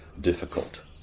difficult